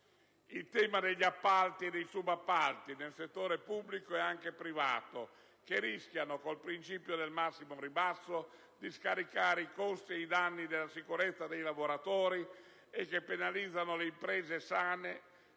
il tema degli appalti e dei subappalti nel settore pubblico, e anche privato, che rischiano, con il principio del massimo ribasso, di scaricare i costi e i danni della sicurezza sui lavoratori e che penalizzano le imprese sane